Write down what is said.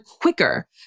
quicker